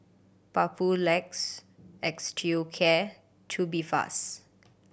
Papulex Osteocare Tubifast